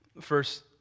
First